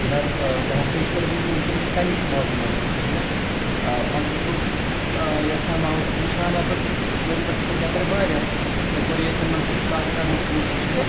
جِناب بہٕ ہٮ۪کہٕ تۄہہِ یِتھ پٲٹھۍ ؤنِتھ مےٚ چھَنہٕ تَمِچ معلوٗمات تہِ کِہیٖنۍ نہٕ وۄنۍ چھُس بہٕ یَژھان وَنہِ اوسُس بہٕ وٕچھان یَپٲرۍ ٲدِ پٮ۪ٹھ تہِ پٔکۍ یَپٲرۍ واریاہ مےٚ کوٚرییو تِمَن سۭتۍ کَتھ کَرنٕچ کوٗشِش تہِ